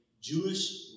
Jewish